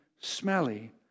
smelly